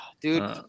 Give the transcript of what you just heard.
dude